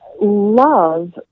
love